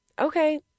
okay